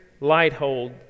Lighthold